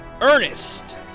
Ernest